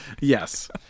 Yes